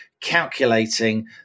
calculating